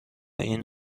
این